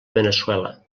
veneçuela